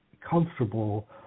comfortable